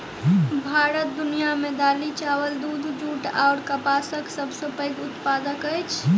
भारत दुनिया मे दालि, चाबल, दूध, जूट अऔर कपासक सबसे पैघ उत्पादक अछि